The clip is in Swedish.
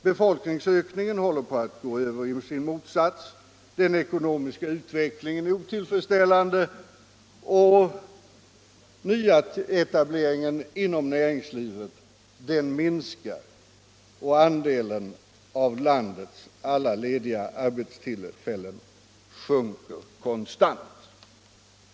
Befolkningsökningen håller på att gå över i sin motsats, den ekonomiska utvecklingen är otillfredsställande, nyetableringen inom näringslivet minskar och andelen av landets alla lediga arbetstillfällen sjunker konstant.